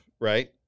right